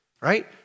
Right